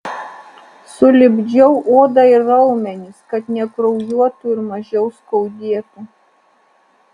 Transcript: sulipdžiau odą ir raumenis kad nekraujuotų ir mažiau skaudėtų